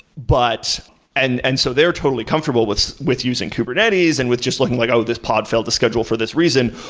but and and so they are totally comfortable with with using kubernetes and with just looking like, oh, this pod failed a schedule for this reason,